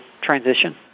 transition